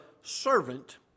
servant